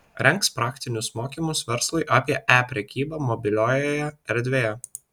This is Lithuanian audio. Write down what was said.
rengs praktinius mokymus verslui apie e prekybą mobiliojoje erdvėje